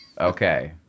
Okay